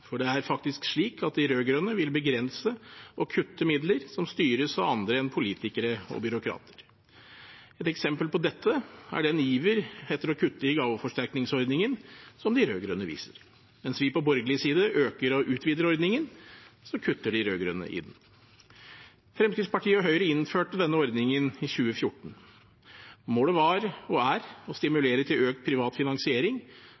for det er faktisk slik at de rød-grønne vil begrense og kutte midler som styres av andre enn politikere og byråkrater. Et eksempel på dette er den iver etter å kutte i gaveforsterkningsordningen som de rød-grønne viser. Mens vi på borgerlig side øker og utvider ordningen, kutter de rød-grønne i den. Fremskrittspartiet og Høyre innførte denne ordningen i 2014. Målet var og er å